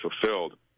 fulfilled